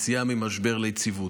יציאה ממשבר ליציבות,